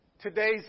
Today's